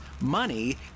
money